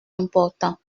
important